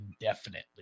indefinitely